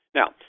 now